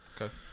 Okay